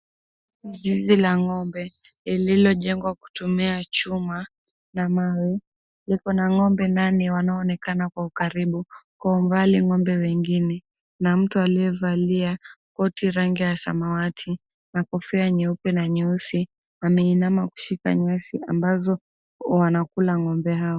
Zizi la ngombe lililojengwa kutumia chuma na mawe, liko na ngombe ndani wanaoonekana kwa 𝑢𝑘𝑎𝑟𝑖𝑏𝑢. 𝐾wa umbali ngombe wengine na mtu aliyevalia koti rangi ya samawati na kofia nyeupe na nyeusi ameinama kushika nyasi ambazo wanakula ngombe hao.